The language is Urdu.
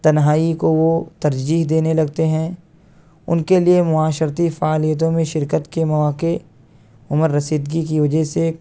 تنہائی کو وہ ترجیح دینے لگتے ہیں ان کے لیے معاشرتی فعالیتوں میں شرکت کے مواقع عمر رسیدگی کی وجہ سے